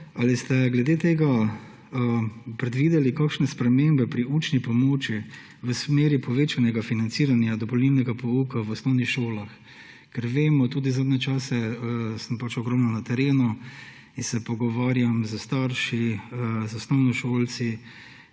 Ali ste glede tega predvideli kakšne spremembe pri učni pomoči v smeri povečanega financiranja dopolnilnega pouka v osnovnih šolah? Ker vemo, zadnje čase sem ogromno na terenu in se pogovarjam s starši, z osnovnošolci